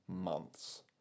months